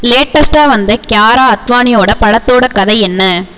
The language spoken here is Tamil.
லேட்டஸ்டாக வந்த கியாரா அத்வானியோட படத்தோட கதை என்ன